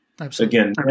again